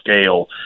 scale